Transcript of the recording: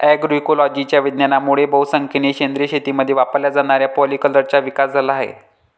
अग्रोइकोलॉजीच्या विज्ञानामुळे बहुसंख्येने सेंद्रिय शेतीमध्ये वापरल्या जाणाऱ्या पॉलीकल्चरचा विकास झाला आहे